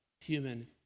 human